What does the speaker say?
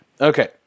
Okay